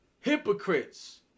Hypocrites